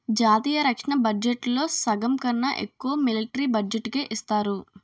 జాతీయ రక్షణ బడ్జెట్లో సగంకన్నా ఎక్కువ మిలట్రీ బడ్జెట్టుకే ఇస్తారు